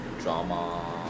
drama